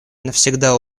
навсегда